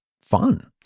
fun